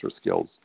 skills